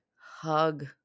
hug